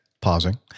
pausing